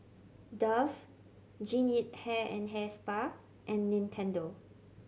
Dove Jean Yip Hair and Hair Spa and Nintendo